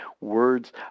words